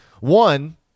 one